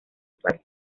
actual